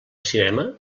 cinema